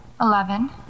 eleven